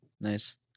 Nice